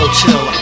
chill